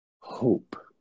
hope